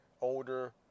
older